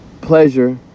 pleasure